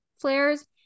flares